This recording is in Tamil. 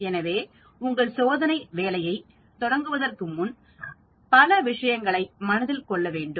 எனவே உங்கள் சோதனை வேலையைத் தொடங்குவதற்கு முன் பல விஷயங்களை மனதில் கொள்ள வேண்டும்